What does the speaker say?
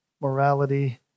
morality